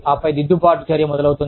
ఆపై దిద్దుబాటు చర్య మొదలవుతుంది